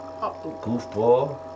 Goofball